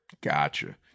Gotcha